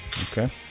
Okay